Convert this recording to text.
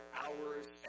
hours